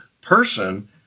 person—